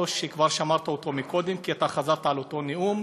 שכבר שמרת אותו מקודם כי אתה חזרת על אותו נאום,